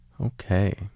Okay